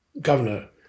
governor